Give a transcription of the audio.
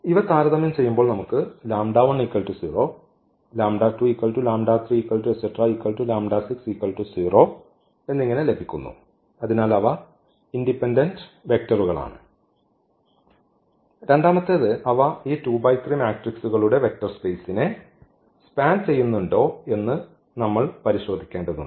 ഇവ താരതമ്യം ചെയ്യുമ്പോൾ നമുക്ക് എന്നിങ്ങനെ ലഭിക്കുന്നു അതിനാൽ അവ ഇൻഡിപെൻഡെന്റ് വെക്റ്ററുകളാണ് രണ്ടാമത്തേത് അവ ഈ മെട്രിക്സ്കളുടെ വെക്റ്റർ സ്പേസിനെ സ്പാൻ ചെയ്യുന്നുണ്ടോ എന്ന് നമ്മൾ പരിശോധിക്കേണ്ടതുണ്ട്